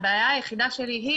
הבעיה היחידה שלי היא